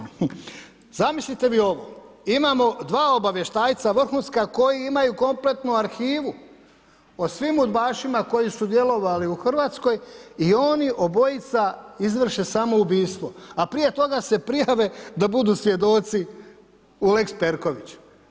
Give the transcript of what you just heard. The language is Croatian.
Zamislite vi ovo, imamo 2 obavještajca, vrhunska, koji imaju kompletnu arhivu, o svim udbašima koji su djelovali u Hrvatskoj i oni obojica izvrše samoubojstvo, a prije toga se prijave da budu svjedoci u lex Perković.